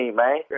man